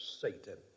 Satan